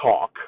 talk